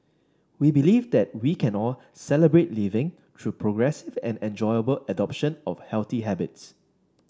we believe that we can all Celebrate Living through progressive and enjoyable adoption of healthy habits